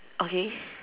okay